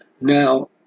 Now